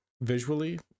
visually